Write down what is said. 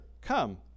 come